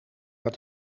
dat